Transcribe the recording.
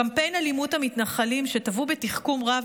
קמפיין אלימות המתנחלים שטוו בתחכום רב